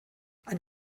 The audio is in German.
ein